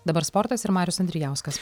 dabar sportas ir marius andrijauskas